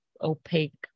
opaque